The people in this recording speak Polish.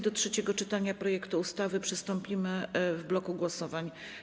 Do trzeciego czytania projektu ustawy przystąpimy w bloku głosowań.